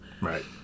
Right